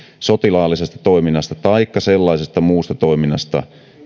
sotilaallisesta toiminnasta taikka sellaisesta muusta toiminnasta